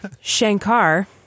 Shankar